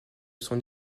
son